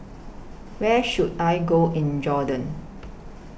Where should I Go in Jordan